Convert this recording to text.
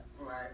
Right